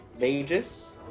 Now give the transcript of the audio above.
mages